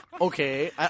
okay